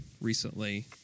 recently